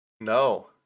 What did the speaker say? No